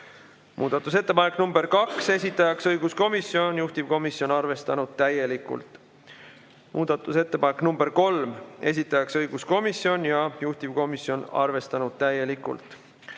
Muudatusettepanek nr kaks, esitajaks õiguskomisjon, juhtivkomisjon on arvestanud täielikult. Muudatusettepanek nr kolm, esitajaks õiguskomisjon ja juhtivkomisjon on arvestanud täielikult.